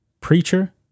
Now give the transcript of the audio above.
preacher